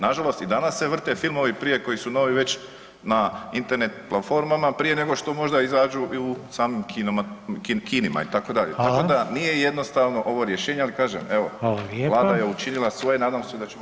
Nažalost i danas se vrte filmovi prije koji su novi već na Internet platformama prije nego što možda izađu i u samim kinima itd., [[Upadica: Hvala]] tako da nije jednostavno ovo rješenje, ali kažem, evo vlada je učinila svoje, nadam se da ćemo